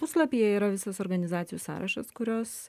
puslapyje yra visas organizacijų sąrašas kurios